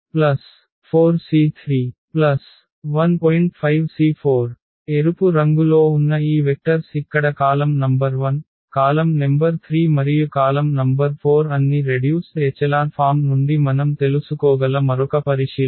5C4 ఎరుపు రంగులో ఉన్న ఈ వెక్టర్స్ ఇక్కడ కాలమ్ నంబర్ 1 కాలమ్ నెంబర్ 3 మరియు కాలమ్ నంబర్ 4 అన్ని రెడ్యూస్డ్ ఎచెలాన్ ఫామ్ నుండి మనం తెలుసుకోగల మరొక పరిశీలన